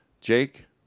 Jake